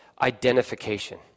identification